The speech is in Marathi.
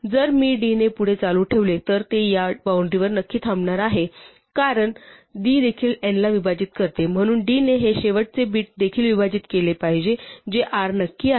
जर मी d ने पुढे चालू ठेवले तर ते या बॉउंडरीवर नक्की थांबणार आहे कारण d देखील n ला विभाजित करते म्हणून d ने हे शेवटचे बिट देखील विभाजित केले पाहिजे जे r नक्की आहे